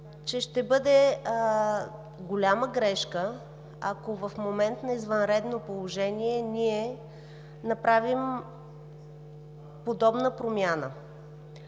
че ще бъде голяма грешка, ако в момент на извънредно положение ние направим подобна промяна.